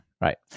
right